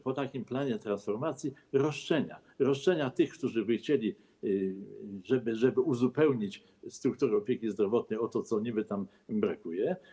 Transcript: Po takim planie transformacji pojawią się roszczenia tych, którzy by chcieli, żeby uzupełnić struktury opieki zdrowotnej o to, czego niby tam brakuje.